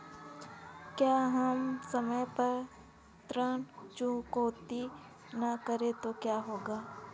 अगर हम समय पर ऋण चुकौती न करें तो क्या होगा?